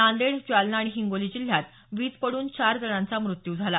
नांदेड जालना आणि हिंगोली जिल्ह्यात वीज पडून एकूण चौघा जणांचा मृत्यू झाला